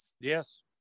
Yes